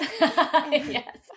Yes